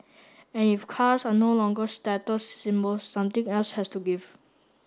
and if cars are no longer status symbols something else has to give